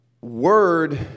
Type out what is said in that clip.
word